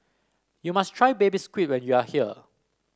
you must try Baby Squid when you are here